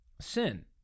sin